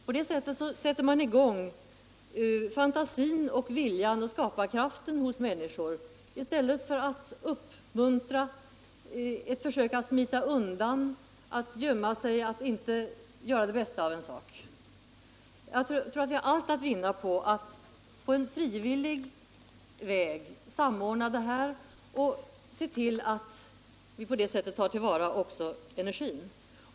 På det viset sätter man i gång fantasin och viljan och skaparkraften hos människor i stället för att uppmuntra ett försök att smita undan, att gömma sig, att inte göra det bästa av en sak. Jag tror att vi har allt att vinna på att på en frivillig väg samordna ansträngningarna för att ta till vara också energin.